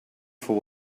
for